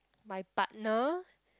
my partner